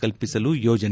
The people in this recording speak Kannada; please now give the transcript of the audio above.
ಕಲ್ಪಿಸಲು ಯೋಜನೆ